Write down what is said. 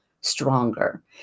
stronger